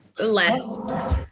less